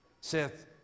Seth